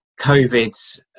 COVID